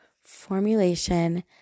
formulation